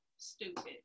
Stupid